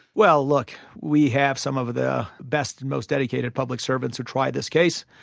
well, look, we have some of the best and most dedicated public servants who tried this case,